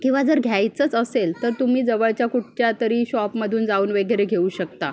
किंवा जर घ्यायचंच असेल तर तुम्ही जवळच्या कुठच्यातरी शॉपमधून जाऊन वगैरे घेऊ शकता